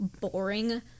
boring